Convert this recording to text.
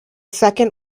second